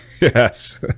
Yes